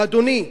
ואדוני,